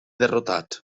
derrotat